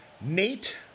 Nate